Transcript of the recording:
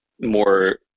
more